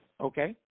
Okay